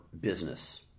business